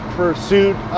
pursuit